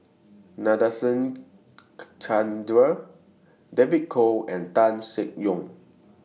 Nadasen Chandra David Kwo and Tan Seng Yong